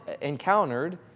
encountered